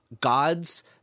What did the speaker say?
gods